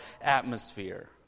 atmosphere